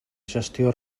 gestió